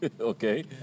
Okay